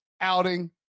outing